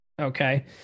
Okay